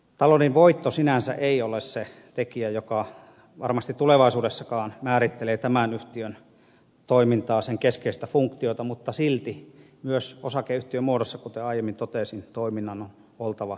taloudellinen voitto sinänsä ei ole se tekijä joka varmasti tulevaisuudessakaan määrittelee tämän yhtiön toimintaa sen keskeistä funktiota mutta silti myös osakeyhtiömuodossa kuten aiemmin totesin toiminnan on oltava kannattavaa